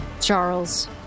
Charles